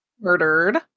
murdered